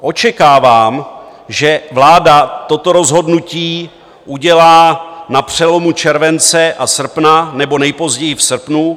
Očekávám, že vláda toto rozhodnutí udělá na přelomu července a srpna nebo nejpozději v srpnu.